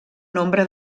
nombre